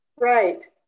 Right